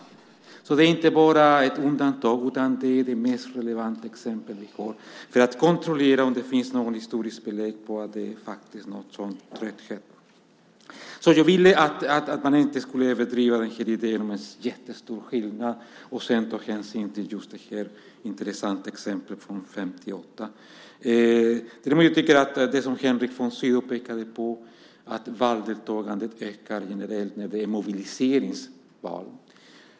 Det är alltså inte bara ett undantag, utan det är det mest relevanta exempel vi har för att kontrollera om det finns något historiskt belägg för någon sådan trötthet. Jag ville alltså att man inte skulle överdriva idén om jättestora skillnader och sedan ta hänsyn till just det här intressanta exemplet från 1958 där det som Henrik von Sydow pekade på uttrycks, nämligen att valdeltagandet ökar generellt när det är mobiliseringsval.